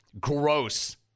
Gross